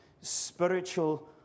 spiritual